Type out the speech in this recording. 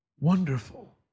Wonderful